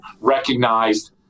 recognized